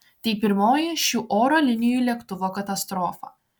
tai pirmoji šių oro linijų lėktuvo katastrofa